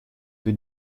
più